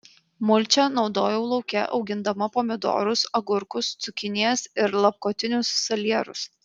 mulčią naudojau lauke augindama pomidorus agurkus cukinijas ir lapkotinius salierus